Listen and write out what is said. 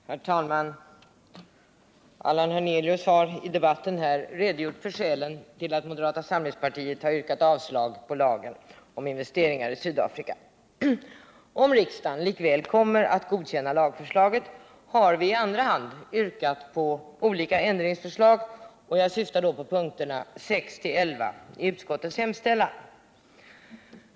Herr talman! Allan Hernelius har i debatten redogjort för skälen till att moderata samlingspartiet har yrkat avslag på lagen om förbud mot investeringar i Sydafrika. Om riksdagen likväl kommer att godkänna lagförslaget har vi i andra hand yrkat på olika ändringsförslag, och jag syftar då på punkterna 6-11 i utskottets hemställan.